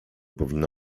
powinno